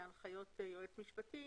להנחיות יועץ משפטי,